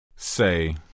Say